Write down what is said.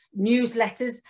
newsletters